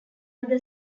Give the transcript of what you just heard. other